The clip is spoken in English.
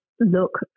look